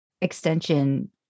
extension